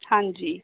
ਹਾਂਜੀ